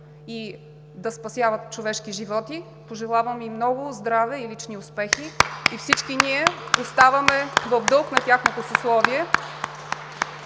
и да спасяват човешки животи! Пожелавам им много здраве и лични успехи! (Ръкопляскания.) Всички ние оставаме в дълг на тяхното съсловие.